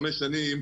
חמש שנים,